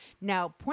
Now